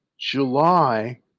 July